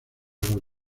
los